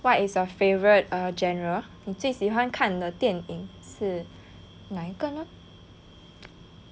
what is your favourite genre 你最喜欢看的电影是哪一个呢